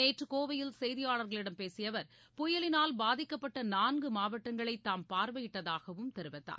நேற்று கோவையில் செய்தியாளர்களிடம் பேசிய அவர் புயலினால் பாதிக்கப்பட்ட நான்கு மாவட்டங்களை தாம் பார்வையிட்டதாகவும் தெரிவித்தார்